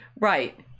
Right